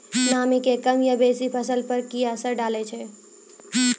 नामी के कम या बेसी फसल पर की असर डाले छै?